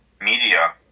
media